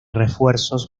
refuerzos